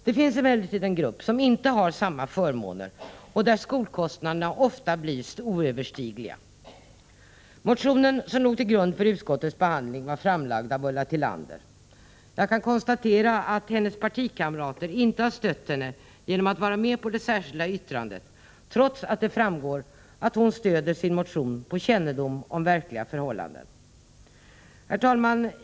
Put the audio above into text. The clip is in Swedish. Det finns emellertid en grupp som inte har samma förmåner och där skolkostnaderna ofta blir oöverstigliga. Motionen som låg till grund för utskottets behandling hade väckts av Ulla Tillander. Jag kan konstatera att hennes partikamrater inte har stött henne genom att vara med på det särskilda yttrandet — trots att det framgår att hon grundar sin motion på kännedom om verkliga förhållanden. Herr talman!